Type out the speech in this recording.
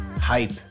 Hype